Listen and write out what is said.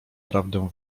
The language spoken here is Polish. prawdę